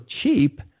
cheap